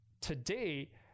today